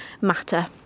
matter